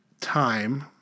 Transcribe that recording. time